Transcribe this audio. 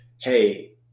Hey